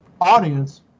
audience